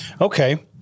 Okay